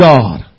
God